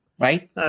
Right